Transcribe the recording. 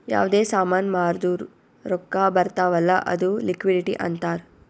ಯಾವ್ದೇ ಸಾಮಾನ್ ಮಾರ್ದುರ್ ರೊಕ್ಕಾ ಬರ್ತಾವ್ ಅಲ್ಲ ಅದು ಲಿಕ್ವಿಡಿಟಿ ಅಂತಾರ್